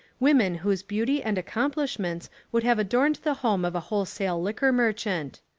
women whose beauty and accomplishments would have adorned the home of a wholesale liquor mer chant.